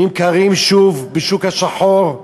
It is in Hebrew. ונמכרים שוב בשוק השחור.